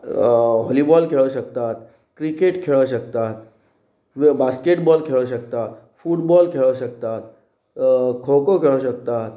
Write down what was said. volleyball खेळूं शकतात cricket खेळों शकतात बास्केटबॉल खेळूं शकता फुटबॉल खेळूं शकतात खो खो खेळोंक शकतात